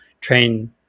train